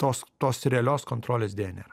tos tos realios kontrolės deja nėra